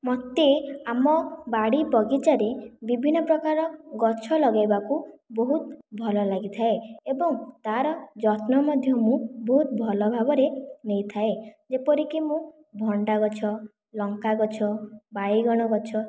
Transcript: ମୋତେ ଆମ ବାଡ଼ିବଗିଚାରେ ବିଭିନ୍ନପ୍ରକାର ଗଛ ଲଗାଇବାକୁ ବହୁତ ଭଲ ଲାଗିଥାଏ ଏବଂ ତା'ର ଯତ୍ନ ମଧ୍ୟ ମୁଁ ବହୁତ ଭଲଭାବରେ ନେଇଥାଏ ଯେପରିକି ମୁଁ ଭଣ୍ଡା ଗଛ ଲଙ୍କା ଗଛ ବାଇଗଣ ଗଛ